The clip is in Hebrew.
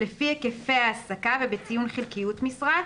לפי היקפי ההעסקה ובציון חלקיות המשרה,